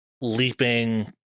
leaping